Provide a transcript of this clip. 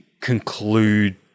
conclude